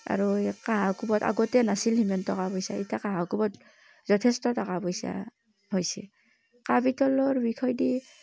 আৰু এই কাঁহ কূপত আগতে নাছিল সিমান টকা পইচা ইতা কাঁহ কূপত যথেষ্ট টকা পইচা হৈছে কাঁহ পিতলৰ বিষয় দি